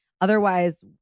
Otherwise